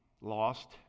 Lost